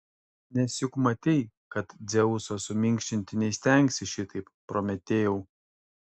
nes juk matei kad dzeuso suminkštinti neįstengsi šitaip prometėjau